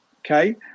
okay